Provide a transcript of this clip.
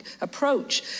approach